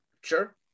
Sure